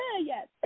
Yes